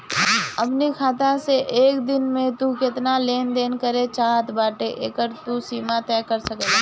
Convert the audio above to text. अपनी खाता से एक दिन में तू केतना लेन देन करे चाहत बाटअ एकर तू सीमा तय कर सकेला